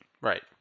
Right